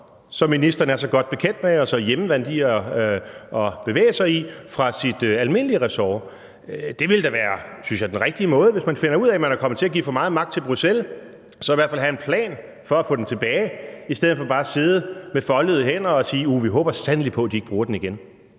som ministeren er så godt bekendt med og bevæger sig så hjemmevant rundt i fra sit almindelige resort? Det ville da være den rigtige måde, synes jeg. Hvis man finder ud af, at man er kommet til at give for meget magt til Bruxelles, så kan man i hvert fald have en plan for at få den tilbage i stedet for bare at sidde med foldede hænder og sige: Uh, vi håber sandelig på, at de ikke bruger den igen.